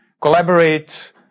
collaborate